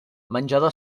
menjador